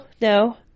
no